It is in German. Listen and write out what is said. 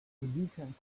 inwiefern